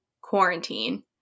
quarantine